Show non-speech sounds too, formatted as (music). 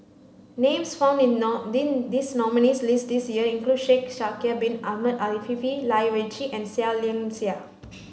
names found in (unintelligible) this nominees' list this year include Shaikh Yahya Bin Ahmed Afifi Lai Weijie and Seah Liang Seah